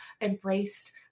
embraced